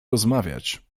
rozmawiać